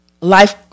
life